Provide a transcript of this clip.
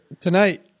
Tonight